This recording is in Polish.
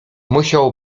musiał